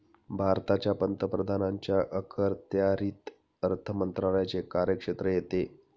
भारताच्या पंतप्रधानांच्या अखत्यारीत अर्थ मंत्रालयाचे कार्यक्षेत्र येते